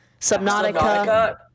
Subnautica